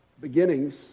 beginnings